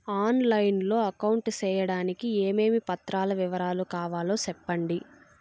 On line లో account సేయడానికి ఏమేమి పత్రాల వివరాలు కావాలో సెప్పండి?